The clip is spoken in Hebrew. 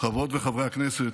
חברות וחברי הכנסת,